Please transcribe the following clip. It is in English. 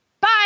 Bye